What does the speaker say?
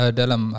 dalam